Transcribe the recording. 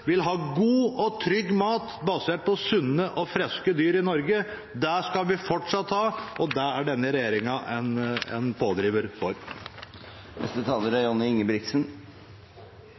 vil ha god og trygg mat basert på sunne og friske dyr i Norge. Det skal vi fortsatt ha, og det er denne regjeringen en pådriver for. Fiskerettigheter er